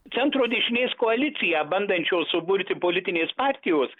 centro dešinės koaliciją bandančios suburti politinės partijos